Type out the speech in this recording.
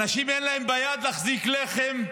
אנשים, אין להם ביד להחזיק לחם,